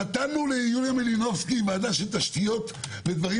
נתנו ליוליה מלינובסקי ועדה של תשתיות ודברים